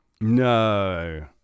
No